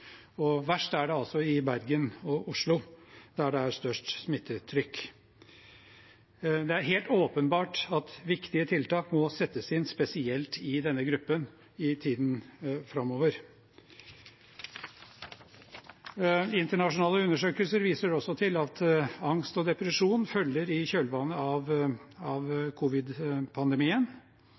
og verst er det i Bergen og Oslo, der det er størst smittetrykk. Det er helt åpenbart at viktige tiltak må settes inn spesielt i denne gruppen i tiden framover. Internasjonale undersøkelser viser også til at angst og depresjon følger i kjølvannet av